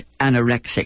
anorexic